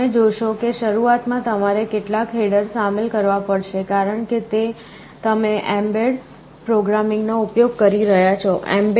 તમે જોશો કે શરૂઆતમાં તમારે કેટલાક હેડર સામેલ કરવા પડશે કારણ કે તમે એમ્બેડ પ્રોગ્રામિંગ નો ઉપયોગ કરી રહ્યાં છો mbed